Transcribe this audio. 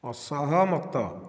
ଅସହମତ